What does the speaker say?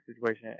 situation